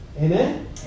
Amen